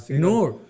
Ignore